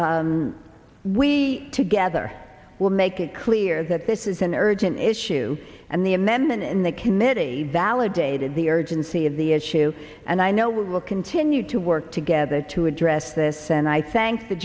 that we together will make it clear that this is an urgent issue and the amendment in the committee validated the urgency of the issue and i know we will continue to work together to address this and i thank the